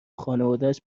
خانوادش